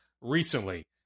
recently